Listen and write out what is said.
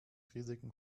riesigen